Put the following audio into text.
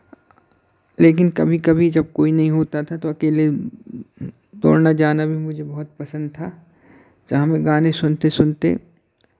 लेकिन कभी कभी जब कोई नहीं होता था तो अकेले दौड़ना जाना भी मुझे बहुत पसंद था जहाँ मैं गाने सुनते सुनते